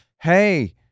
hey